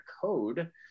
code